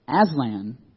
Aslan